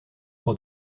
pour